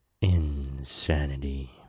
insanity